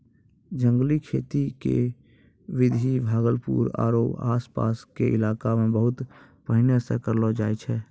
जंगली खेती के विधि भागलपुर आरो आस पास के इलाका मॅ बहुत पहिने सॅ करलो जाय छै